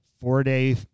four-day